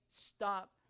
Stop